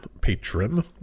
patron